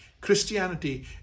Christianity